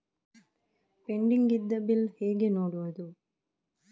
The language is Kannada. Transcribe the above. ಪೆಂಡಿಂಗ್ ಇದ್ದ ಬಿಲ್ ಹೇಗೆ ನೋಡುವುದು?